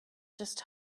just